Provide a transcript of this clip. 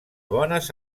bones